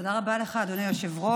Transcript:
תודה רבה לך, אדוני היושב-ראש.